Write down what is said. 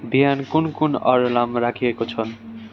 बिहान कुन कुन अलार्म राखिएको छ